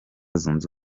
zunze